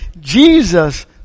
Jesus